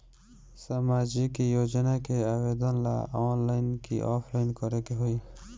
सामाजिक योजना के आवेदन ला ऑनलाइन कि ऑफलाइन करे के होई?